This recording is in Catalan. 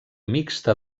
mixta